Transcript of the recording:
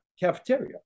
Cafeteria